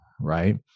right